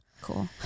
Cool